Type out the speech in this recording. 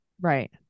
Right